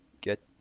get